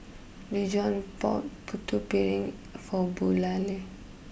Dijon bought Putu Piring for